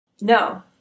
No